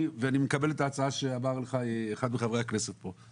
ואני מקבל את ההצעה שאמר לך אחד מחברי הכנסת פה,